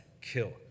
kill